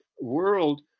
world